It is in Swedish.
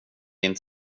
din